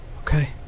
Okay